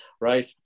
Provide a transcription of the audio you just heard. Right